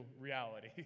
reality